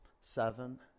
seven